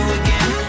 again